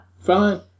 fine